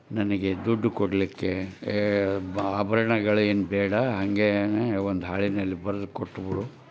ನನಗೆ ದುಡ್ಡು ಕೊಡಲಿಕ್ಕೆ ಏ ಆಭರ್ಣಗಳೇನು ಬೇಡ ಹಾಗೇನೆ ಒಂದು ಹಾಳೆನಲ್ಲಿ ಬರ್ದು ಕೊಟ್ಟುಬಿಡು